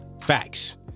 Facts